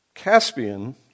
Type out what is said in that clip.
Caspian